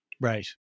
Right